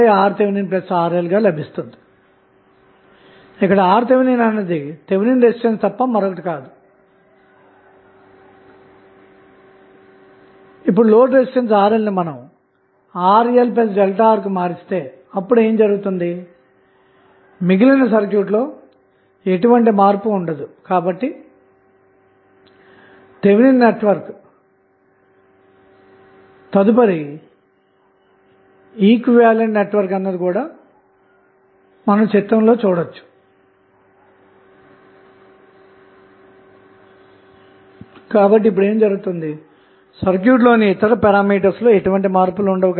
కాబట్టి ఈ సెగ్మెంట్ నుండి మీరు ఎడమవైపు విభాగాన్ని చూస్తే8 V సోర్స్ అన్నది 1K ohm రెసిస్టెన్స్ మరియు 3 K ohm రెసిస్టెన్స్ రెండింటికి కూడా కరెంట్ను సరఫరాచేస్తుందిఅంటే ఇది వోల్టేజ్ డివైడెడ్ సర్క్యూట్ తప్ప మరొకటి కాదు